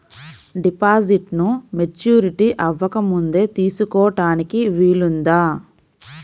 డిపాజిట్ను మెచ్యూరిటీ అవ్వకముందే తీసుకోటానికి వీలుందా?